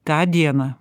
tą dieną